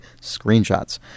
screenshots